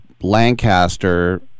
Lancaster